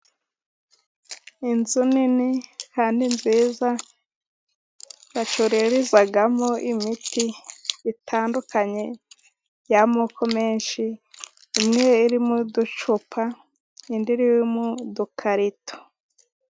Inzu nini kandi nziza bacururizamo imiti itandukanye y'amoko menshi, imwe iri m'uducupa indi iri m'udukarito.